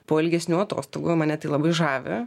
po ilgesnių atostogų mane tai labai žavi